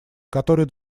который